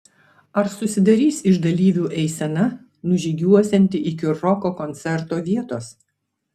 ar susidarys iš dalyvių eisena nužygiuosianti iki roko koncerto vietos